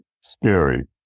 scary